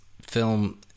film